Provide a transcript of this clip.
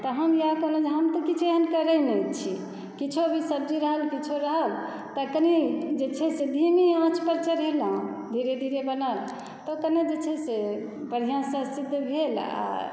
तऽ हम इएह कहलहुँ जे हम तऽ किछु एहन करै नहि छी किछु भी सब्जी रहल किछु रहल तऽ कनी जे छै से धीमी आँचपर चढ़ेलहुँ धीरे धीरे बनल तऽ कनी जे छै से बढ़िआँसँ सिद्ध भेल आओर